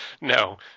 No